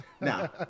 Now